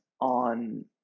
on